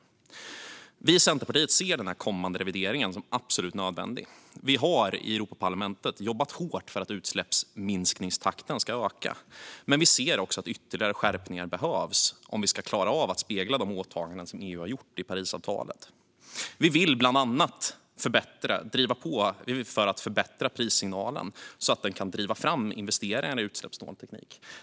Vi i Centerpartiet ser den kommande revideringen som absolut nödvändig. Vi har i Europaparlamentet jobbat hårt för att utsläppsminskningstakten ska öka, men vi anser också att ytterligare skärpningar behövs om vi ska klara av att spegla de åtaganden som EU har gjort i Parisavtalet. Vi vill bland annat driva på för att förbättra prissignalen så att den kan driva fram investeringar i utsläppssnål teknik.